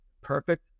perfect